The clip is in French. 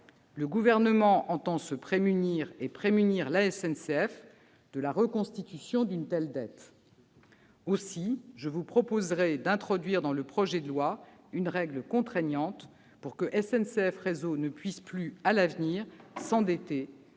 le Gouvernement entend se prémunir et prémunir la SNCF contre la reconstitution d'une telle dette. Aussi, je vous proposerai d'introduire dans le projet de loi une règle contraignante pour que SNCF Réseau ne puisse plus, à l'avenir, s'endetter